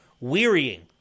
wearying